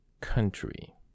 Country